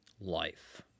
life